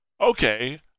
okay